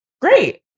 Great